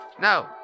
No